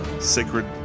sacred